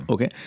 Okay